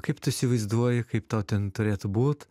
kaip tu įsivaizduoji kaip tau ten turėtų būt